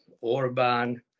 Orban